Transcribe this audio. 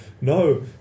No